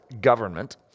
Government